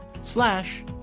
slash